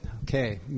Okay